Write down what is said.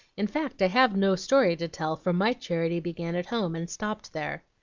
in fact, i have no story to tell, for my charity began at home, and stopped there.